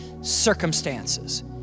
circumstances